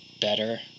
better